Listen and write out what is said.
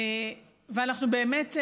ואנחנו באמת,